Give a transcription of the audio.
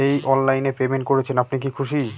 এই অনলাইন এ পেমেন্ট করছেন আপনি কি খুশি?